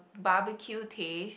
barbecue taste